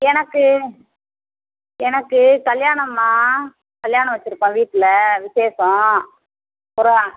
எனக்கு எனக்கு கல்யாணம்மா கல்யாணம் வச்சுருக்கோம் வீட்டில் விசேஷம் ஒரு